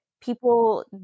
people